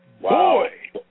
Boy